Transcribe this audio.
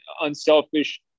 unselfish